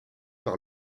par